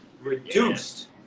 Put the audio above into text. reduced